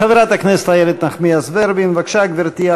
חברת הכנסת איילת נחמיאס ורבין, בבקשה, גברתי.